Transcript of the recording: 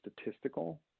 statistical